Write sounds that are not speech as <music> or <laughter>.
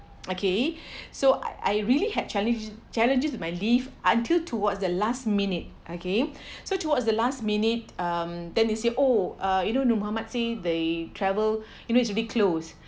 okay <breath> so I I really had challenged challenges to my leave until towards the last minute okay <breath> so towards the last minute um then they say oh uh you know nor muhammad say they travel <breath> you know is a bit close